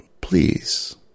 Please